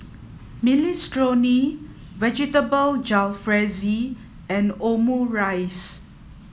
Minestrone Vegetable Jalfrezi and Omurice